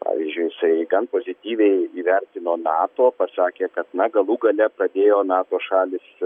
pavyzdžiui jisai gan pozityviai įvertino nato pasakė kad na galų gale pradėjo nato šalys